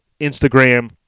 Instagram